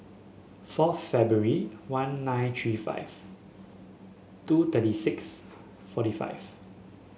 four February one nine three five two thirty six forty five